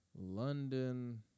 London